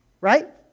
right